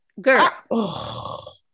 Girl